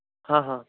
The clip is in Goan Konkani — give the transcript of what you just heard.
हां हां